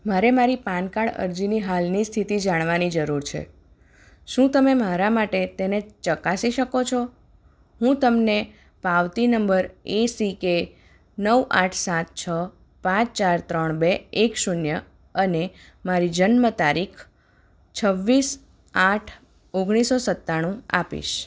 મારે મારી PAN card અરજીની હાલની સ્થિતિ જાણવાની જરૂર છે શું તમે મારા માટે તેને ચકાસી શકો છો હું તમને પાવતી નંબર એસિકે નવ આઠ સાત છ પાંચ ચાર ત્રણ બે એક શૂન્ય અને મારી જન્મ તારીખ છવીસ આઠ ઓગણીસો સત્તાણું આપીશ